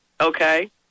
Okay